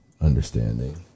understanding